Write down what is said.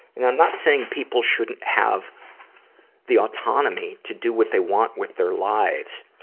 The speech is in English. and i'm not saying people shouldn't have the autonomy to do what they want with their lives.